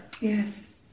Yes